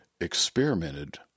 experimented